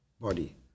body